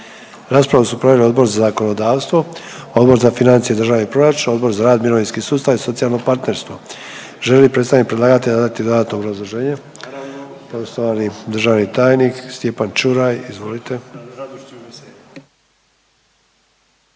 Raspravu su proveli Odbor za zakonodavstvo, Odbor za rad, mirovinski sustav i socijalno partnerstvo. Želi li predstavnik predlagatelja dati dodatno obrazloženje? Poštovani državni tajnik Dragan Jelić, izvolite.